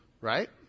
right